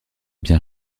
bien